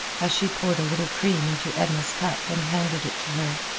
as she poured a little cream into edna's cup and handed it to her.